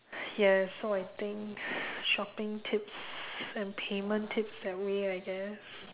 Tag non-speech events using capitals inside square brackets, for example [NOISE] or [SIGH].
yes so I think [BREATH] shopping tips and payment tips that way I guess